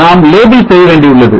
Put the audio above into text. நாம் லேபிள் செய்ய வேண்டியுள்ளது